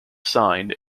signed